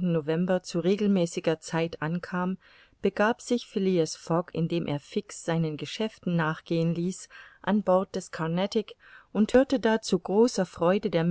november zu regelmäßiger zeit ankam begab sich phileas fogg indem er fix seinen geschäften nachgehen ließ an bord des carnatic und hörte da zu großer freude der